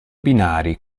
binari